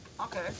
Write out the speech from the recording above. Okay